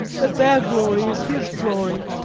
that their glory is his glory,